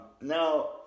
Now